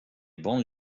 bancs